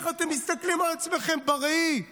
איך אתם מסתכלים על עצמכם בראי?